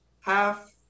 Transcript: half